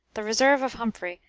the reserve of humphrey,